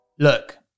Look